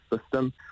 system